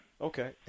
Okay